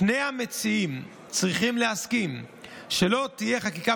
שני המציעים צריכים להסכים שלא תהיה חקיקה